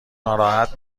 ناراحت